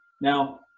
Now